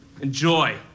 Enjoy